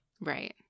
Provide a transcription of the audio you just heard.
Right